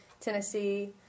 Tennessee